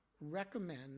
recommend